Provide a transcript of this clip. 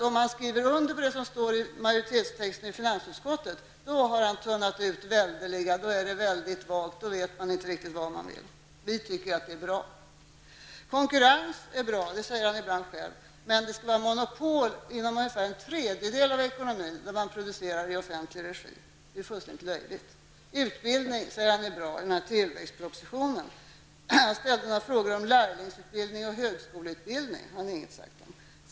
Om han skriver under på det som står i majoritetstexten i finansutskottet, då har det tunnats ut väldigt, då är det väldigt vagt och man vet inte vad man vill. Vi tycker att det är bra med medlemskap. Konkurrens är bra, säger Allan Larsson ibland. Men det skall vara monopol. Inom i varje fall en tredjedel av ekonomin skall man producera i offentlig regi. Det är fullständigt löjligt. Utbildning är bra, säger finansministern i tilläggspropositionen. Jag ställde några frågor om lärlingsutbildning och högskoleutbildning. Det har Allan Larsson inte sagt någonting om.